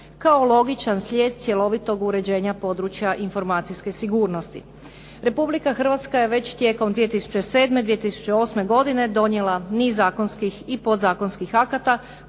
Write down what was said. kao logičan slijed cjelovitog uređenja područja informacijske sigurnosti. Republika Hrvatska je već tijekom 2007., 2008. godine donijela niz zakonskih i podzakonskih akata